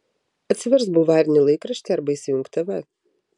atsiversk bulvarinį laikraštį arba įsijunk tv